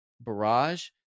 barrage